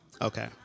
Okay